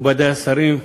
מכובדי השרים,